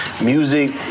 music